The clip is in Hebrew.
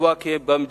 לקבוע כי במדינה,